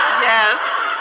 Yes